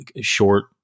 short